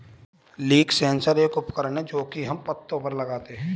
leaf sensor एक उपकरण है जो की हम पत्तो पर लगाते है